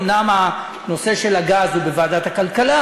אומנם נושא הגז נדון בוועדת הכלכלה,